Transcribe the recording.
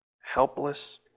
helpless